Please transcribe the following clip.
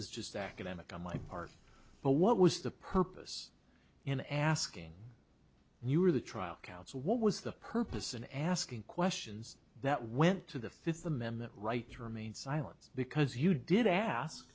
is just academic on my part but what was the purpose in asking and you were the trial counsel what was the purpose in asking questions that went to the fifth amendment right to remain silent because you did ask